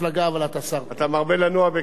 אתה מרבה לנוע בכבישי הארץ, אתה שר טוב.